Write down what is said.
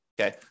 okay